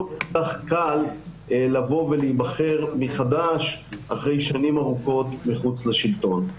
לבוא ולהיבחר מחדש אחרי שנים ארוכות מחוץ לשלטון.